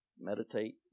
meditate